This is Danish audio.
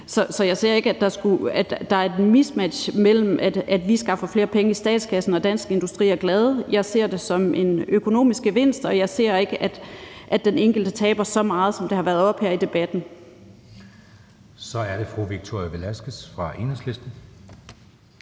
så jeg ser ikke, at der er et mismatch imellem, at vi skaffer flere penge i statskassen og Dansk Industri er glade. Jeg ser det som en økonomisk gevinst, og jeg ser ikke, at den enkelte taber så meget, som det har været oppe her i debatten. Kl. 19:37 Anden næstformand (Jeppe Søe): Så er det fru Victoria Velasquez fra Enhedslisten.